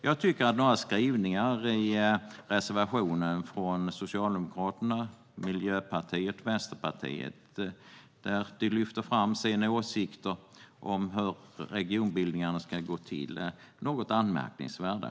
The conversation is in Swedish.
Jag tycker att några skrivningar i reservationen från Socialdemokraterna, Miljöpartiet och Vänsterpartiet, där de lyfter fram sina åsikter om hur regionbildningarna ska gå till, är något anmärkningsvärda.